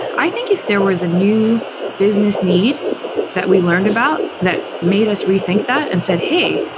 i think if there was a new business need that we learned about that made us rethink that and said, hey,